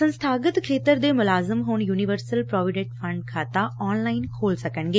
ਸੰਸਥਾਗਤ ਖੇਤਰ ਦੇ ਮੁਲਾਜ਼ਮ ਹੁਣ ਯੂਨੀਵਰਸਲ ਪ੍ਰੋਵੀਡੈਂਟ ਫੰਡ ਖਾਤਾ ਆਨ ਲਾਈਨ ਖੋਲ਼ ਸਕਦੇ ਨੇ